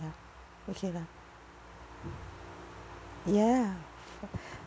ya okay lah ya